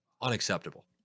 Unacceptable